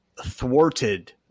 thwarted